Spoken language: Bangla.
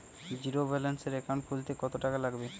জিরোব্যেলেন্সের একাউন্ট খুলতে কত টাকা লাগবে?